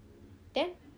then